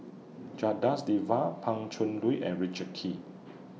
Janadas Devan Pan Cheng Lui and Richard Kee